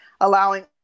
allowing